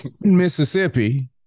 Mississippi